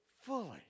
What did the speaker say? fully